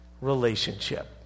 relationship